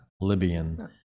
libyan